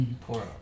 Poor